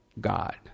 God